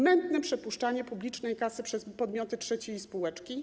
Mętne przepuszczanie publicznej kasy przez podmioty trzecie i spółeczki.